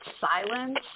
silence